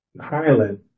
Highland